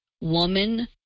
woman